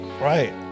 Right